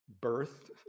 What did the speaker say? birth